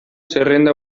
zerrenda